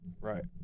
Right